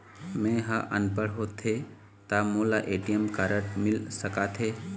मैं ह अनपढ़ होथे ता मोला ए.टी.एम कारड मिल सका थे?